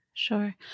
Sure